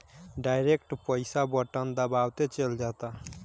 direct पईसा button दबावते चल जाता